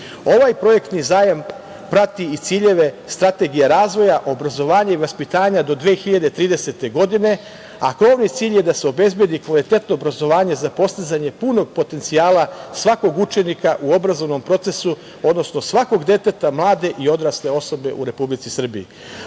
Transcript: projektni zajam prati i ciljeve strategije razvoja, obrazovanja i vaspitanja do 2030. godine. Krovni cilj je da se obezbedi kvalitetno obrazovanje za postizanje punog potencijala svakog učenika u obrazovnom procesu, odnosno svakog deteta mlade i odrasle osobe u Republici